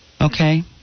Okay